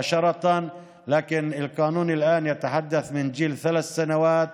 אבל החוק עכשיו מדבר גיל שלוש שנים.